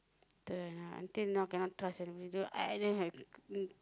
til now until now cannot trust anybody